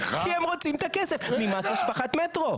כי הם רוצים את הכסף ממס השבחת מטרו.